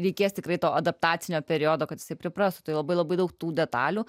reikės tikrai to adaptacinio periodo kad priprastų tai labai labai daug tų detalių